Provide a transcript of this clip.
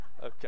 Okay